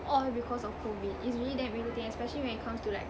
all because of COVID is really damn irritating especially when it comes to like